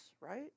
right